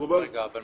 מגבלה על הפטור.